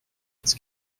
its